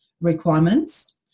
requirements